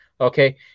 okay